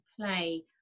play